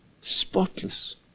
Spotless